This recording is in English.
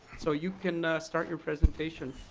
so you can start your presentation.